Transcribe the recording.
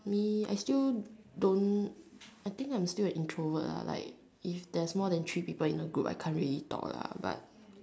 !ee! I still don't I think I'm still an introvert ah like if there's more than three people in a group I can't really talk lah but